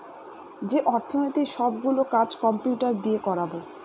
যে অর্থনীতির সব গুলো কাজ কম্পিউটার দিয়ে করাবো